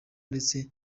ndetse